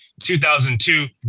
2002